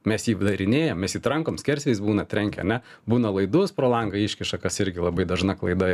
mes jį darinėjam mes jį trankom skersvėjis būna trenkia ane būna laidus pro langą iškiša kas irgi labai dažna klaida